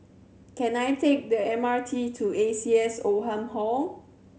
can I take the M R T to A C S Oldham Hall